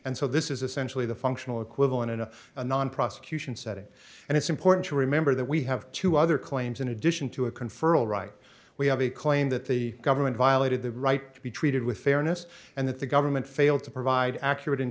and so this is essentially the functional equivalent to a non prosecution setting and it's important to remember that we have two other claims in addition to a confer all right we have a claim that the government violated the right to be treated with fairness and that the government failed to provide accurate